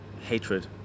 hatred